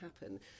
happen